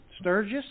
Sturgis